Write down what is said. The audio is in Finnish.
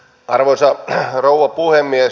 arvoisa rouva puhemies